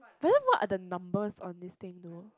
but then what are the numbers on this thing though